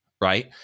Right